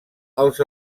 als